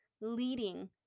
leading